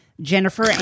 Jennifer